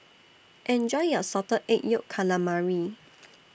Enjoy your Salted Egg Yolk Calamari